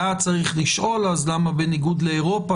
היה צריך לשאול אז למה בניגוד לאירופה